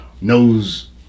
knows